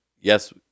yes